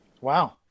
Wow